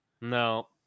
No